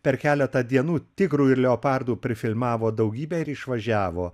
per keletą dienų tigrų ir leopardų prifilmavo daugybę ir išvažiavo